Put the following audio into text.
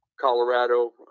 colorado